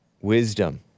wisdom